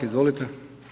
Izvolite.